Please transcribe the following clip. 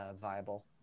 viable